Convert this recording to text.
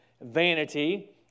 vanity